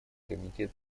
комитет